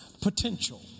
potential